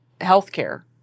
healthcare